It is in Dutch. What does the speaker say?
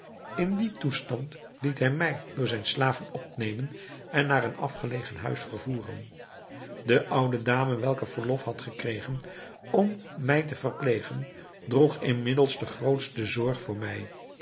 in dien toestand liet hij mij door zijne slaven opnemen en naar een afgelegen huis vervoeren de oude dame welke verlof had gekregen om mij te verplegen droeg inmiddels de grootste zorg voor mij